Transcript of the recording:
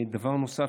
דבר נוסף,